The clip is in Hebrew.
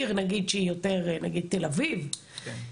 בתל אביב למשל,